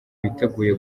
witeguye